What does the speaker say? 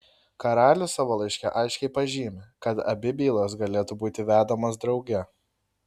karalius savo laiške aiškiai pažymi kad abi bylos galėtų būti vedamos drauge